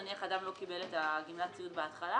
נניח אדם לא קיבל את גמלת הסיעוד בהתחלה,